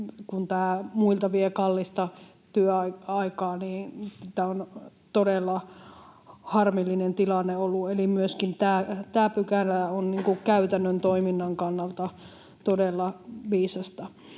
tämä muilta vie kallista työaikaa, niin tämä on todella harmillinen tilanne ollut. Eli myöskin tämä pykälä on käytännön toiminnan kannalta todella viisasta.